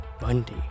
Bundy